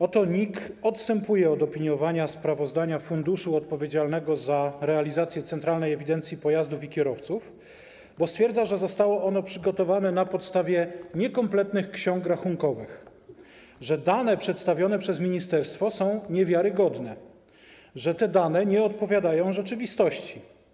Oto NIK odstępuje od opiniowania sprawozdania funduszu odpowiedzialnego za realizację Centralnej Ewidencji Pojazdów i Kierowców, bo stwierdza, że zostało ono przygotowane na podstawie niekompletnych ksiąg rachunkowych, że dane przedstawione przez ministerstwo są niewiarygodne, że te dane nie odpowiadają rzeczywistości.